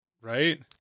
right